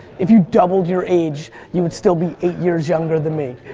if you doubled your age, you would still be eight years younger than me.